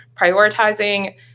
prioritizing